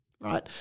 right